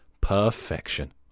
Perfection